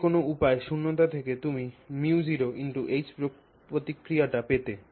যে কোনও উপায়ে শূন্যতা থেকে তুমি μ0H প্রতিক্রিয়াটি পেতে